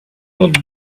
not